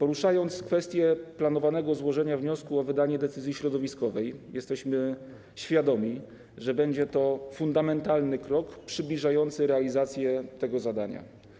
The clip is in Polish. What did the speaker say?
Jeśli chodzi o kwestie planowanego złożenia wniosku o wydanie decyzji środowiskowej, jesteśmy świadomi, że będzie to fundamentalny krok przybliżający realizację tego zadania.